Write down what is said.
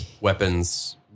weapons